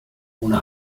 ohne